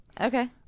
Okay